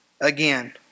again